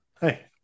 hey